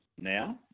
now